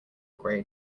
gray